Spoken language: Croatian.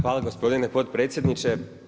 Hvala gospodine potpredsjedniče.